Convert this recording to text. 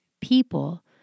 people